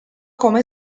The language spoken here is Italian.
come